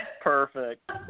Perfect